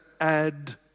add